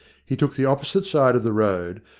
he took the opposite side of the road,